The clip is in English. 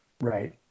right